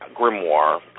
grimoire